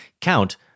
count